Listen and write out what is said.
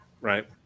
right